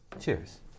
Cheers